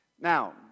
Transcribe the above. Now